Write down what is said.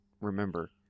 remember